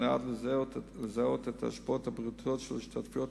שנועד לזהות את ההשפעות הבריאותיות של ההשתתפויות